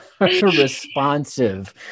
responsive